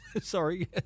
Sorry